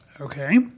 Okay